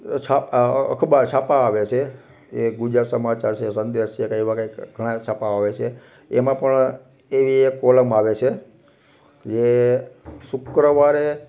અખબાર છાપા આવે છે એ ગુજરાત સમાચાર છે સંદેશ છે કાં એવા કાંઇક ઘણાંય છાપા આવે છે એમાં પણ એવી એક કૉલમ આવે છે જે શુક્રવારે